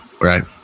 Right